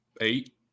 Eight